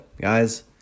Guys